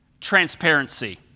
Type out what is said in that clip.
Transparency